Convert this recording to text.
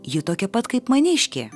ji tokia pat kaip maniškė